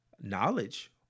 knowledge